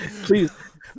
please